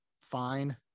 fine